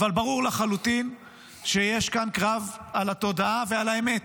אבל ברור לחלוטין שיש כאן קרב על התודעה ועל האמת.